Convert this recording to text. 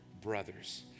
brothers